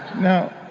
now,